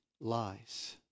lies